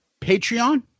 Patreon